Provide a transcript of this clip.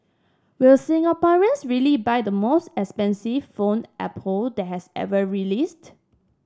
will Singaporeans really buy the most expensive phone Apple that has ever released